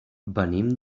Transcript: venim